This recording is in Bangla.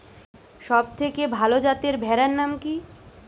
সবথেকে ভালো যাতে ভেড়ার নাম কি?